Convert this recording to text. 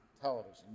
television